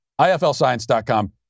IFLscience.com